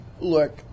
Look